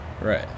Right